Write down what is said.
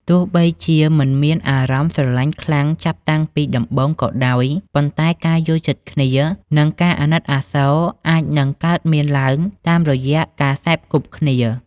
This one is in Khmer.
ទោះបីជាមិនមានអារម្មណ៍ស្រឡាញ់ខ្លាំងចាប់តាំងពីដំបូងក៏ដោយ ប៉ុន្តែការយល់ចិត្តគ្នា និងការអាណិតអាសូរអាចនឹងកើតមានឡើងតាមរយៈការសេពគប់គ្នា។